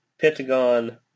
Pentagon